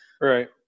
Right